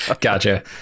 Gotcha